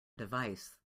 device